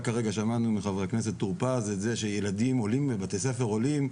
רק כרגע שמענו מחבר הכנסת טור פז את זה שילדים מבתי ספר עולים,